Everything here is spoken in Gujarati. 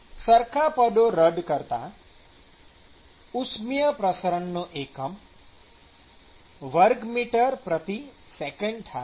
સરખા પદો રદ કરતાં ઉષ્મિય પ્રસરણનો એકમ મીટર૨સેકંડm2s થાય છે